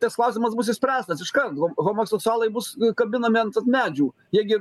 tas klausimas bus išspręstas iškart ho homoseksualai bus kabinami ant medžių jie gi